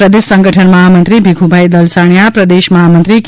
પ્રદેશ સંગઠન મહામંત્રી ભીખુભાઈ દલસાણીયા પ્રદેશ મહામંત્રી કે